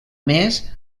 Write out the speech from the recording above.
més